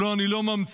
לא, אני לא ממציא.